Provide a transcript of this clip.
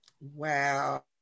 Wow